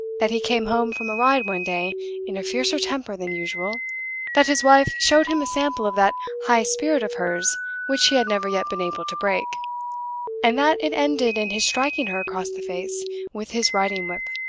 that he came home from a ride one day in a fiercer temper than usual that his wife showed him a sample of that high spirit of hers which he had never yet been able to break and that it ended in his striking her across the face with his riding-whip.